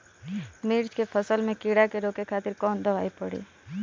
मिर्च के फसल में कीड़ा के रोके खातिर कौन दवाई पड़ी?